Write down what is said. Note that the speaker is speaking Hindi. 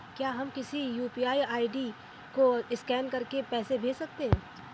क्या हम किसी यू.पी.आई आई.डी को स्कैन करके पैसे भेज सकते हैं?